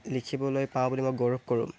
লিখিবলৈ পাৰোঁ বুলি মই গৌৰৱ কৰোঁ